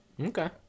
Okay